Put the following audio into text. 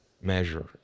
measure